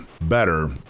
better